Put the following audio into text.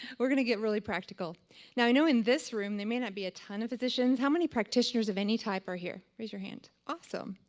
we're going to get really practical. now, i know in this room there may not be a ton of physicians. how many practitioners of any type are here? raise your hand. awesome.